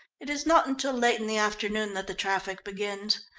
it is not until late in the afternoon that the traffic begins.